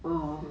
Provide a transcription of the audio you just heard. !wow!